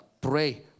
pray